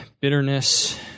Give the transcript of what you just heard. bitterness